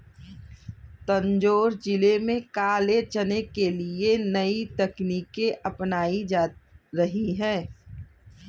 तंजौर जिले में काले चने के लिए नई तकनीकें अपनाई जा रही हैं